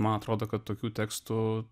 man atrodo kad tokių tekstų